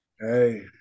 Hey